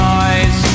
eyes